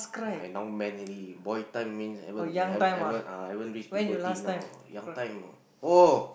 I now man already boy time means haven't haven't ah haven't reach puberty now young time what oh